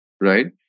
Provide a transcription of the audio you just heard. right